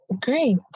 Great